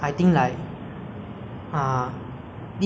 if I don't know then I will just ignore the person ah and try to